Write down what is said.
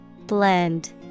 Blend